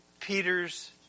Peter's